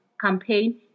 campaign